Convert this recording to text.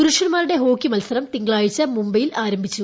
പുരുഷ്ൻ മാരുടെ ഹോക്കി മത്സരം തിങ്കളാഴ്ച മുംബൈയിൽ ആരംഭിച്ചു